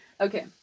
Okay